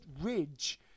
ridge